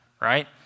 right